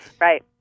Right